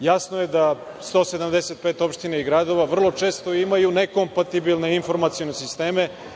Jasno je da 175 opština i gradova vrlo često imaju nekompatibilne informacione sisteme